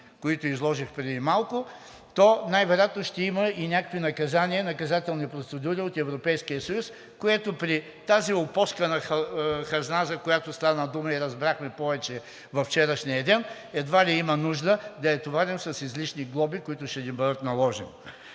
които изложих преди малко, най-вероятно ще има и някакви наказания, наказателни процедури от Европейския съюз, което при тази опоскана хазна, за която стана дума и разбрахме повече във вчерашния ден, едва ли има нужда да я товарим с излишни глоби, които ще ни бъдат наложени.